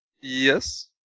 Yes